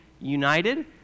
united